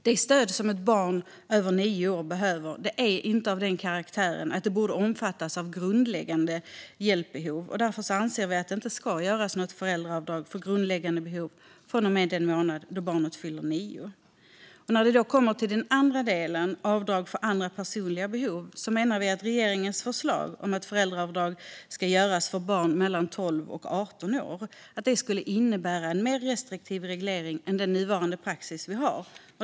Det stöd som ett barn över nio år behöver är inte av den karaktären att det borde omfattas av grundläggande hjälpbehov. Vi anser därför att det inte ska göras något föräldraavdrag för grundläggande behov från och med den månad då barnet fyller nio år. När det gäller den andra delen, avdrag för andra personliga behov, menar vi att regeringens förslag om att föräldraavdrag ska göras för barn mellan 12 och 18 år skulle innebära en mer restriktiv reglering än nuvarande praxis.